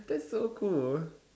that's so cool